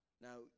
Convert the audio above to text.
Now